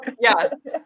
yes